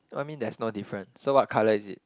what you mean there's no difference so what colour is it